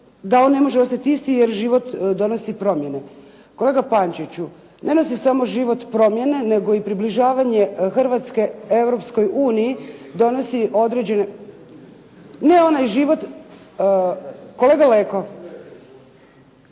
"da on ne može ostati isti jer život donosi promjene". Kolega Pančiću. Ne nosi samo život promjene, nego i približavanje Hrvatske Europskoj uniji donosi određene. Ne onaj život, kolega Leko,